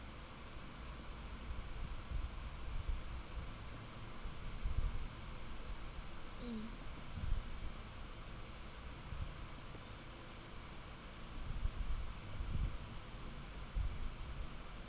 mm